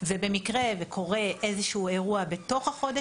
ובמקרה וקורה איזשהו אירוע בתוך החודש,